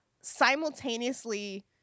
simultaneously